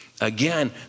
Again